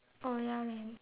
oh ya leh